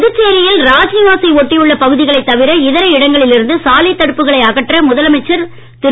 புதுச்சேரியில் ராஜ்நிவாசை ஒட்டியுள்ள பகுதிகளைத் தவிர இதர இடங்களில் இருந்து சாலைத் தடுப்புகளை அகற்ற முதலமைச்சர் திரு